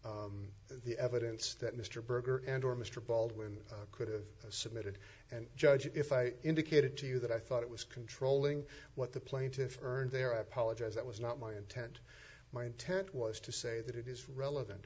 the evidence that mr berger and or mr baldwin could've submitted and judge if i indicated to you that i thought it was controlling what the plaintiffs earned there i apologize that was not my intent my intent was to say that it is relevant